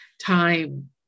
time